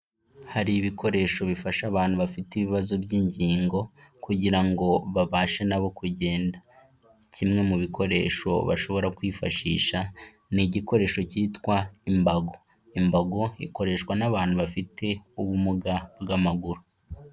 Hari ibikoresho bifasha abantu bafite ibibazo by'ingingo kugira ngo babashe nabo kugenda. Kimwe mu bikoresho bashobora kwifashisha ni igikoresho kitwa "imbago". Imbago ikoreshwa n'abantu bafite ubumuga bw'amaguru.